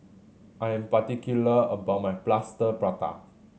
I am particular about my Plaster Prata